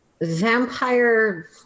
Vampire